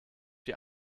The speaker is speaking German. die